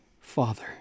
Father